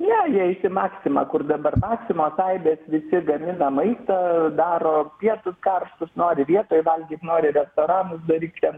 ne jie eis į maximą kur dabar maximos aibės visi gamina maistą daro pietus karštus nori vietoj valgyti nori restoranus daryk ten